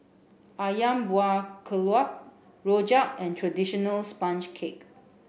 ayam buah keluak rojak and traditional sponge cake